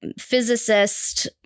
physicist